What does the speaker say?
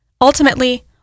Ultimately